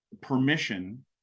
permission